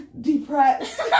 depressed